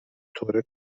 طور